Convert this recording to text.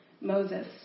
Moses